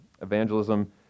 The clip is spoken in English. evangelism